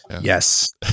Yes